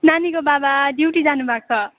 नानीको बाबा ड्युटी जानुभएको